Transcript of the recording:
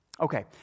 Okay